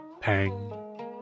Pang